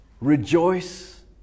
Rejoice